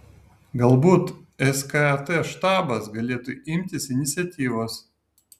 galbūt skat štabas galėtų imtis iniciatyvos